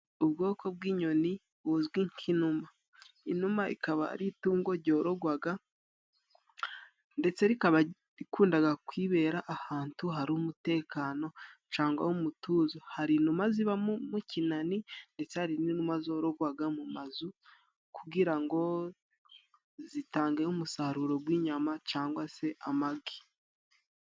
Ubwoko bw'inyoni buzwi nk'inuma. Inuma ikaba ari itungo ryorogwaga ndetse rikaba rikundaga kwibera ahantu hari umutekano cangwa hari umutuzo. Hari inuma ziba mu kinani, ndetse hari n'inuma zorogwaga mu mazu kugira ngo zitange umusaruro gw'inyama cyangwa se amagi.